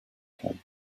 camp